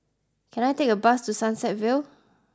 can I take a bus to Sunset Vale